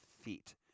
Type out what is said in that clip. feet